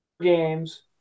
games